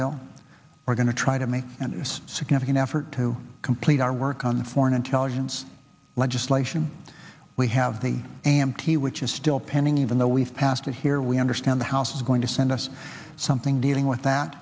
bill we're going to try to make and the most significant effort to complete our work on the foreign intelligence legislation we have the a m t which is still pending even though we've passed it here we understand the house is going to send us something dealing with that